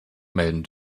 melden